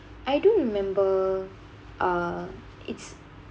I don't remember uh it's